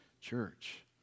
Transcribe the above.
church